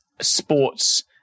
sports